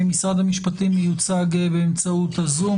משרד המשפטים מיוצג באמצעות הזום,